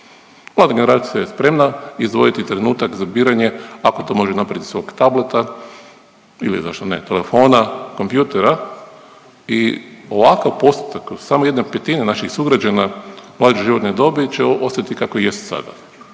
Mlada generacija je spremna izdvojiti trenutak za biranje ako to može napraviti iz svog tableta ili zašto ne telefona, kompjutera i ovakav postotak o samo 1/5 naših sugrađana mlađe životne dobi će ostati kako jest sada.